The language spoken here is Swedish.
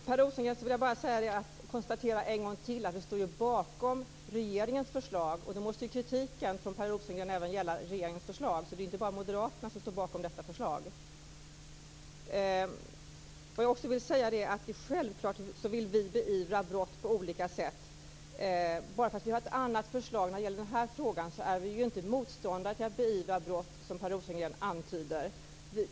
Herr talman! Till Per Rosengren vill jag en gång till säga att vi står bakom regeringens förslag. Då måste kritiken från Per Rosengren även gälla regeringens förslag. Det är inte bara moderaterna som står bakom detta förslag. Självfallet vill vi beivra brott på olika sätt. Bara för att vi har ett annat förslag när det gäller denna fråga är vi inte motståndare till att beivra brott, som Per Rosengren antyder.